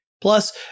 Plus